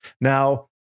Now